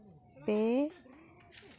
ᱯᱮ